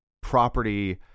property